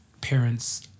parents